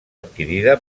adquirida